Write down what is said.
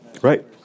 Right